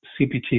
CPT